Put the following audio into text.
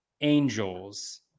Angels